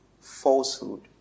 falsehood